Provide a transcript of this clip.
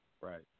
Right